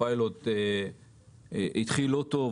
הפיילוט התחיל לא טוב,